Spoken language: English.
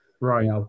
Right